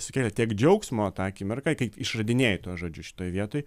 sukėlė tiek džiaugsmo tą akimirką kai išradinėji tuos žodžius štoj vietoj